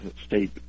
state